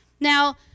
now